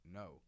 no